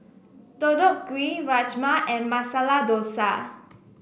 Deodeok Gui Rajma and Masala Dosa